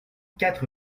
quatre